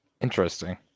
Interesting